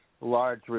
large